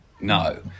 No